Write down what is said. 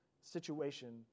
situation